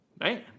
Man